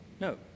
No